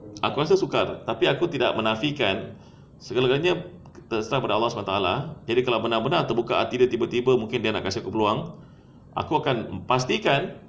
aku rasa sukar tapi aku tidak menafikan segalanya terserah kepada allah taala jadi kalau benar-benar terbuka hati dia tiba-tiba mungkin dia nak kasih aku peluang aku akan pastikan